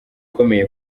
ukomeye